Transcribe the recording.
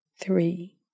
three